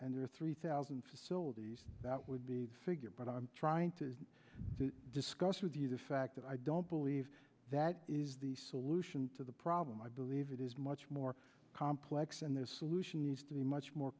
and there are three thousand facilities that would be figure but i'm trying to discuss with you the fact that i don't believe that is the solution to the problem i believe it is much more complex and the solution needs to be much more